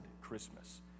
Christmas